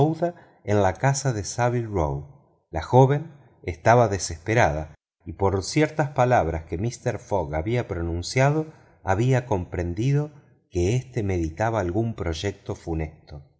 en la casa de savi lle row la joven estaba desesperada y por ciertas palabras que mister fogg había pronunciado había comprendido que éste meditaba algún proyecto funesto